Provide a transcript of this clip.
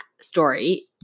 story